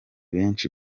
benshi